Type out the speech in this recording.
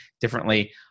differently